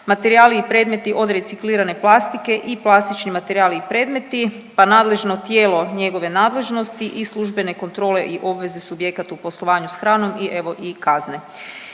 materijali i predmeti od reciklirane plastike i plastične materijali i predmeti, pa nadležno tijelo njegove nadležnosti i službene kontrole i obveze subjekata u poslovanju s hranom i evo i kazne.